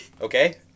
okay